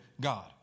God